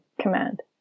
command